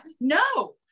no